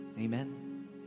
Amen